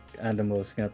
animals